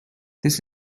this